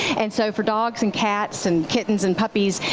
and so for dogs and cats and kittens and puppies,